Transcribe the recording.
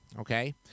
okay